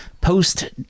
post